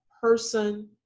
person